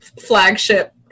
flagship